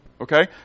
Okay